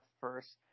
first